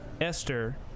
Esther